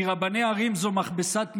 כי "רבני ערים" זו מכבסת מילים.